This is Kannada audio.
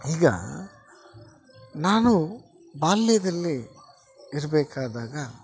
ಈಗ ನಾನು ಬಾಲ್ಯದಲ್ಲಿ ಇರಬೇಕಾದಾಗ